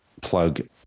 plug